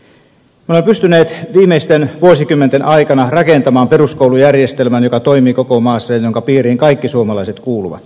me olem me pystyneet viimeisten vuosikymmenten aikana rakentamaan peruskoulujärjestelmän joka toimii koko maassa ja jonka piiriin kaikki suomalaiset kuuluvat